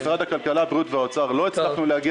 משרד הבריאות ומשרד האוצר לא הצליחו להגיע